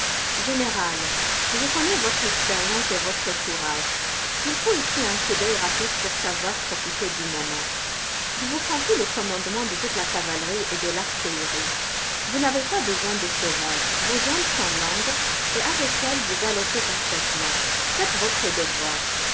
général je connais votre expérience et votre courage il faut ici un coup d'œil rapide pour savoir profiter du moment je vous confie le commandement de toute la cavalerie et de l'artillerie vous n'avez pas besoin de cheval vos jambes sont longues et avec elles vous galopez parfaitement faites votre devoir